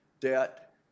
debt